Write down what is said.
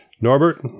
Norbert